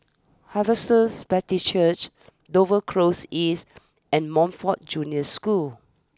Harvester Baptist Church Dover close East and Montfort Junior School